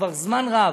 כבר זמן רב,